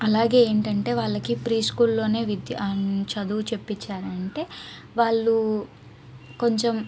అలాగే ఏంటంటే వాళ్ళకి ప్రీస్కూల్లోనే విద్యా చదువు చెప్పించారంటే వాళ్ళు కొంచెం